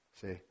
See